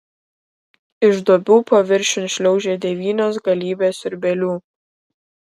iš duobių paviršiun šliaužia devynios galybės siurbėlių